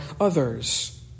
others